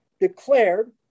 declared